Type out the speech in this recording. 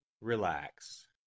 relax